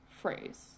phrase